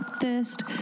thirst